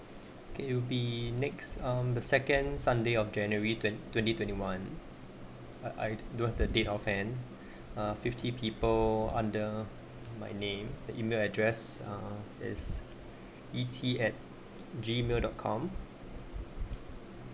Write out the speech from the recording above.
K it'll be next um the second sunday of january twenty twenty twenty one but I don't have the date of an uh fifty people under my name the email address is E_T add Gmail dot com